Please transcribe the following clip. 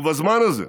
ובזמן הזה,